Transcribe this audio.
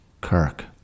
Kirk